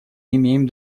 имеем